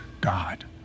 God